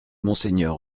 monseigneur